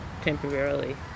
temporarily